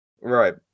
Right